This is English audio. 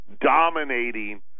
dominating